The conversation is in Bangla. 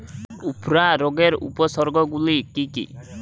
উফরা রোগের উপসর্গগুলি কি কি?